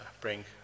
bring